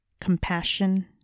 compassion